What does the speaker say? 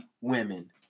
women